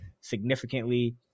significantly